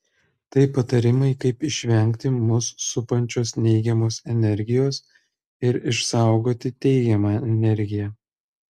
tai patarimai kaip išvengti mus supančios neigiamos energijos ir išsaugoti teigiamą energiją